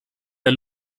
der